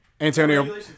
Antonio